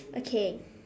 okay